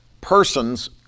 persons